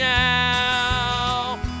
now